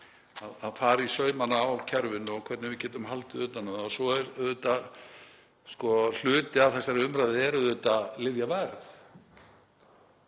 að fara í saumana á kerfinu og hvernig við getum haldið utan um það. Hluti af þessari umræðu er auðvitað lyfjaverð